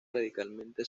radicalmente